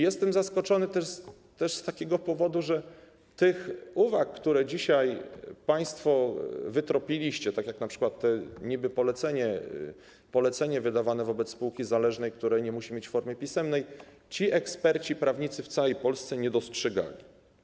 Jestem zaskoczony też z takiego powodu, że tych uwag, które dzisiaj państwo wytropiliście, tak jak np. to niby polecenie wydawane wobec spółki zależnej, które nie musi mieć formy pisemnej, eksperci i prawnicy w całej Polsce nie dostrzegali.